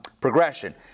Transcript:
progression